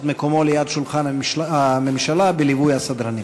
מקומו ליד שולחן הממשלה בליווי הסדרנים.